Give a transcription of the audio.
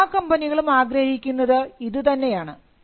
എല്ലാ കമ്പനികളും ആഗ്രഹിക്കുന്നത് ഇതുതന്നെയാണ്